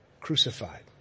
crucified